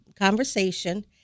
conversation